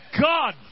God